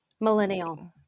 millennial